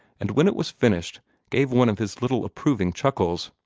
and when it was finished gave one of his little approving chuckles.